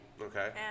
Okay